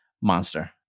monster